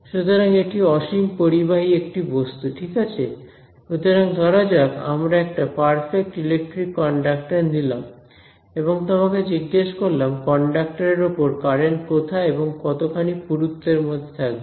সুতরাং এটি অসীম পরিবাহী একটি বস্তু ঠিক আছে সুতরাং ধরা যাক আমরা একটা পারফেক্ট ইলেকট্রিক কন্ডাক্টর নিলাম এবং তোমাকে জিজ্ঞেস করলাম কন্ডাক্টর এর ওপর কারেন্ট কোথায় এবং কতখানি পুরুত্বের মধ্যে থাকবে